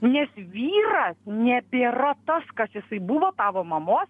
nes vyras nebėra tas kas jisai buvo tavo mamos